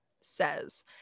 says